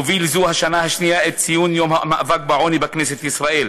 מוביל זו השנה השנייה את ציון יום המאבק בעוני בכנסת ישראל,